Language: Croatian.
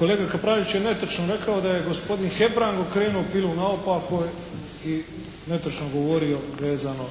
Kolega Kapraljević je netočno rekao da je gospodin Hebrag okrenuo pilu naopako i netočno govorio vezano